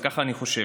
אז ככה אני חושב.